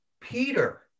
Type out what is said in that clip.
Peter